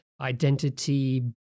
identity